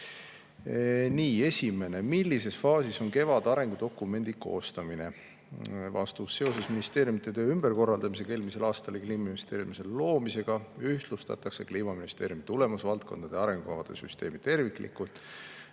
Esimene: "Millises faasis on KEVAD arengudokumendi koostamine?" Vastus. Seoses ministeeriumide töö ümberkorraldamisega eelmisel aastal Kliimaministeeriumi loomise tõttu ühtlustatakse Kliimaministeeriumi tulemusvaldkondade arengukavade süsteemi terviklikult